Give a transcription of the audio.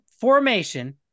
formation